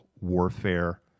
warfare